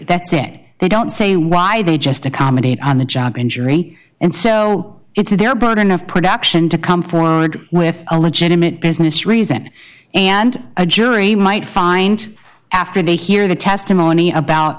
that's it they don't say why they just accommodate on the job injury and so it's a they are broad enough production to come forward with a legitimate business reason and a jury might find after they hear the testimony about